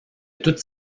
toutes